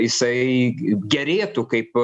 jisai gerėtų kaip